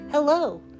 Hello